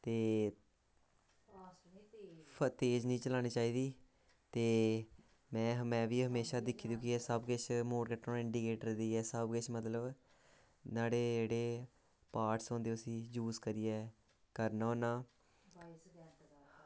ते तेज़ निं चलानी चाहिदी ते में बी हमेशा दिक्खी दिक्खियै सब किश मोड़ कट्टना होन्ना इंडीकेटर देइयै सब किश मतलब न्हाड़े जेह्ड़े पार्टस होंदे उसी यूज़ करियै करना होन्ना